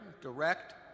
direct